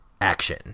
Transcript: action